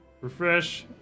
Refresh